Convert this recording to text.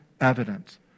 evidence